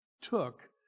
took